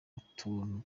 utuntu